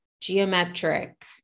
geometric